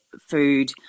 food